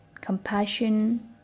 compassion